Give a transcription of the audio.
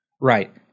Right